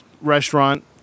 restaurant